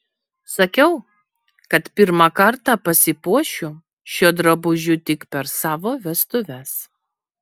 sakiau kad pirmą kartą pasipuošiu šiuo drabužiu tik per savo vestuves